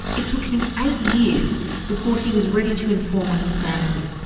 it took him eight years before he was ready to inform on his family.